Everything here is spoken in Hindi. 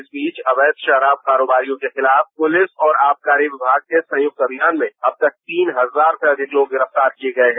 इस बीच अवैध शराब कारोबारियों के खिलाफ पुलिस और आबकारी विभाग के संयुक्त अभियान में अब तक करीब तीन हजार से अधिक लोग गिरफ्तार किये गये हैं